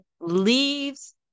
leaves